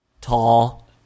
Tall